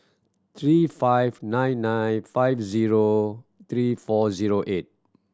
three five nine nine five zero three four zero eight